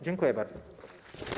Dziękuję bardzo.